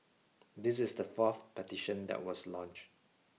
this is the fourth petition that was launch